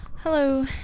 Hello